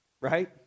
right